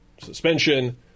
suspension